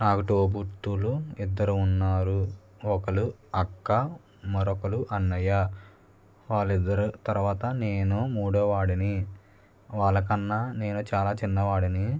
నాకు తోబుట్టువులు ఇద్దరు ఉన్నారు ఒకరు అక్క మరొకరు అన్నయ్య వాళ్ళ ఇద్దరు తరువాత నేను మూడోవాడిని వాళ్ళ కన్నా నేను చాలా చిన్నవాడిని